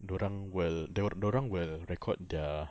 dia orang will dia dia orang will record their